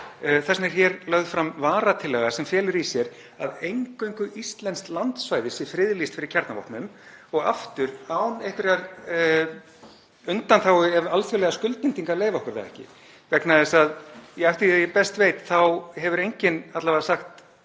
vegna er hér lögð fram varatillaga sem felur í sér að eingöngu íslenskt landsvæði sé friðlýst fyrir kjarnavopnum og aftur án einhverrar undanþágu ef alþjóðlegar skuldbindingar leyfa okkur það ekki. Eftir því sem ég best veit þá hefur enginn alla vega sagt